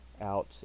out